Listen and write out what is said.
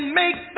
make